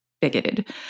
bigoted